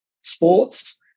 sports